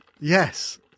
Yes